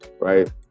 right